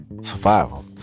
Survival